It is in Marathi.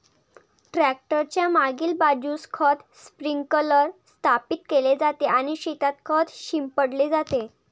ट्रॅक्टर च्या मागील बाजूस खत स्प्रिंकलर स्थापित केले जाते आणि शेतात खत शिंपडले जाते